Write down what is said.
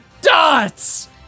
dots